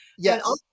Yes